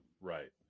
Right